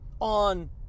on